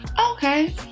okay